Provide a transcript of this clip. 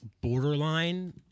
borderline